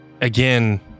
again